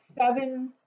seven